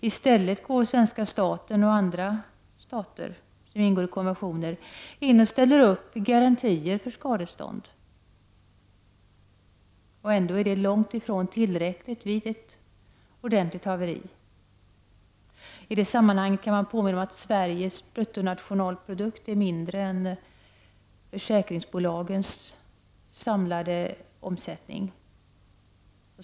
I stället ställer den svenska staten och andra stater, som ingår konventioner, upp garantier för skadestånd. Och ändå är det långt ifrån tillräckligt vid ett ordentligt haveri. I detta sammanhang kan jag påminna om att Sveriges bruttonationalprodukt är mindre än försäkringsbolagens samlade omsättning.